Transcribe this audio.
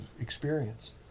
experience